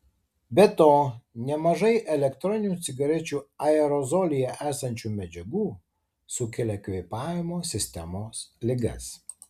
be to nemažai elektroninių cigarečių aerozolyje esančių medžiagų sukelia kvėpavimo sistemos ligas